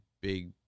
big